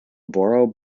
borough